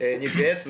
שנתגייס.